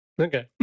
Okay